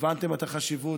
הבנתם את החשיבות.